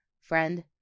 friend